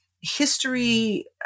history